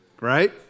right